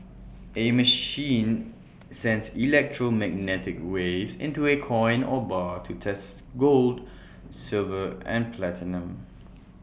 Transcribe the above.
A machine sends electromagnetic waves into A coin or bar to test gold silver and platinum